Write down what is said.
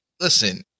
listen